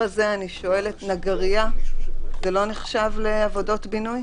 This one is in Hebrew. נגרייה לא נחשבת כעבודות בינוי?